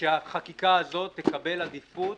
שהחקיקה הזאת תקבל עדיפות